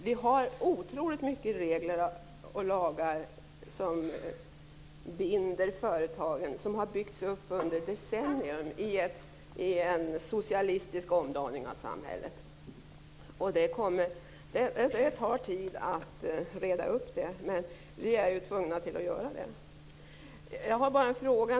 Vi har otroligt många regler och lagar som binder företagen och som har byggts upp under decennier i en socialistisk omdaning av samhället. Det tar tid att reda upp det. Men vi är tvungna att göra det. Jag har en fråga.